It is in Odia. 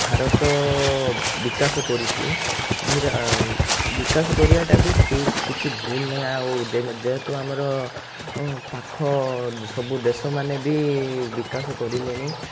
ଭାରତ ବିକାଶ କରୁଛି ଆଉ ବିକାଶ କରିବାଟା ବି ଠିକ୍ କିଛି ଭୁଲ୍ ନାଇଁ ଆଉ ଯେ ଯେହେତୁ ଆମର ଉଁ ପାଖ ସବୁ ଦେଶମାନେ ବି ବିକାଶ କରିଲେଣି